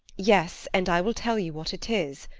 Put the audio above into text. yes, and i will tell you what it is.